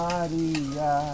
Maria